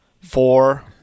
Four